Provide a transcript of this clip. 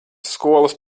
skolas